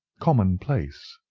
commonplace,